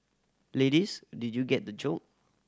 ladies did you get the joke